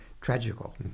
tragical